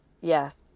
Yes